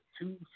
two